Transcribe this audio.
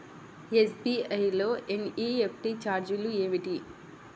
SBI లో NEFT ఛార్జీలు ఏమిటి?